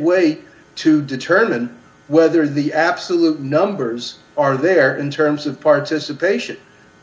way to determine whether the absolute numbers are there in terms of participation